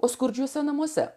o skurdžiuose namuose